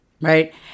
right